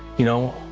you know,